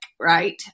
right